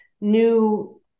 new